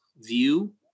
view